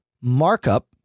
Markup